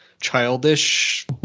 childish